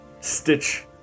stitch